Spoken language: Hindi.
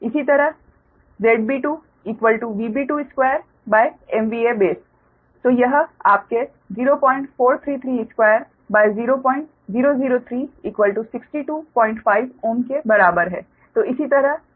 इसी तरह ZB2VB22 base तो यह आपके 04332 0003625Ω के बराबर है